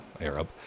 Arab